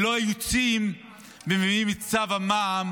ולא יוצאים ומביאים את צו המע"מ